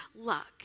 luck